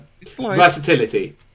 Versatility